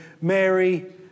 Mary